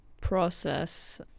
process